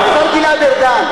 השר גלעד ארדן,